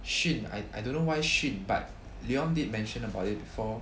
群 I I don't know why 群 but leon did mention about it before